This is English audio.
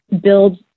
Build